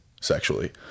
sexually